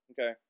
Okay